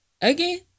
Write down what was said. again